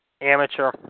Amateur